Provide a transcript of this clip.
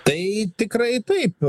tai tikrai taip